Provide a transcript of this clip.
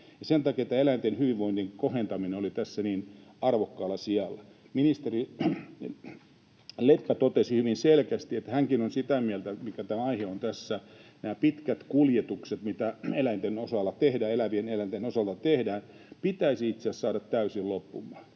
sen takia tämä eläinten hyvinvoinnin kohentaminen oli tässä niin arvokkaalla sijalla. Ministeri Leppä totesi hyvin selkeästi, että hänkin on sitä mieltä — mikä tämä aihe on tässä — että nämä pitkät kuljetukset, mitä elävien eläinten osalta tehdään, pitäisi itse asiassa saada täysin loppumaan,